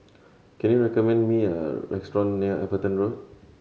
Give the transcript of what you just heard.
can you recommend me a restaurant near Everton Road